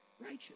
righteous